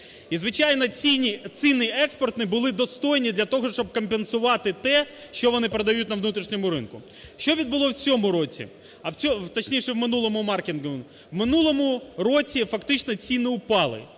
І, звичайно, ціни експортні були достойні для того, щоб компенсувати те, що вони продають на внутрішньому ринку. Що відбулося в цьому році? Точніше, в минулому маркетинговому, в минулому році фактично ціни упали.